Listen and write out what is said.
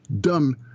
dumb